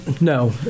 No